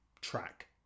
track